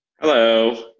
Hello